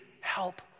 help